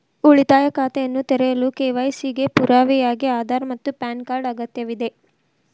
ಉಳಿತಾಯ ಖಾತೆಯನ್ನು ತೆರೆಯಲು ಕೆ.ವೈ.ಸಿ ಗೆ ಪುರಾವೆಯಾಗಿ ಆಧಾರ್ ಮತ್ತು ಪ್ಯಾನ್ ಕಾರ್ಡ್ ಅಗತ್ಯವಿದೆ